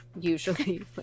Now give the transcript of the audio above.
usually